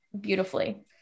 beautifully